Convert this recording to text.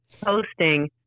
posting